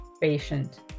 patient